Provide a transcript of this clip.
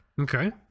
Okay